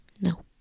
No